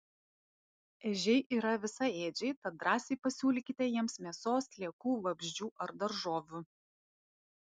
ežiai yra visaėdžiai tad drąsiai pasiūlykite jiems mėsos sliekų vabzdžių ar daržovių